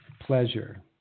pleasure